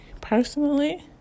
personally